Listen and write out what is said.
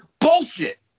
bullshit